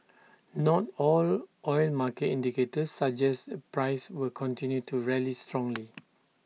not all oil market indicators suggests the price will continue to rally strongly